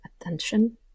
attention